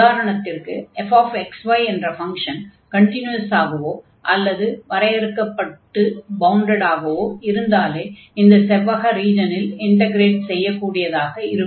உதாரணத்திற்கு fxy என்ற function கன்டினியுவஸாகவோ அல்லது வரையறுக்கப்பட்டு பவுண்டடாகவோ இருந்தாலே இந்த செவ்வக ரீஜனில் இன்டக்ரேட் செய்யக் கூடியதாக இருக்கும்